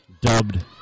dubbed